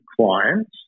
clients